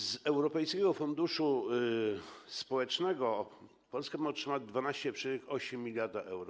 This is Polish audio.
Z Europejskiego Funduszu Społecznego Polska ma otrzymać 12,8 mld euro.